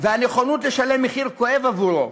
והנכונות לשלם מחיר כואב עבורו